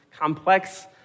complex